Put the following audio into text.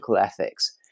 ethics